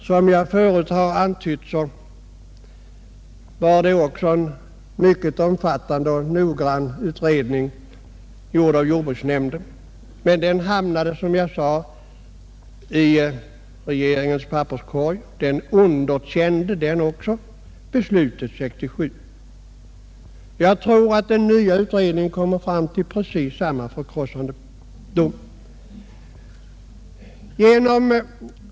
Som jag förut har antytt underkändes 1967 års beslut av en mycket omfattande och noggrann utredning, gjord av jordbruksnämnden. Men den utredningen hamnade, som jag sade, i regeringens papperskorg. Jag tror att den nya utredningen kommer att avkunna precis samma förkrossande dom som den tidigare.